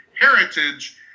heritage